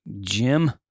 Jim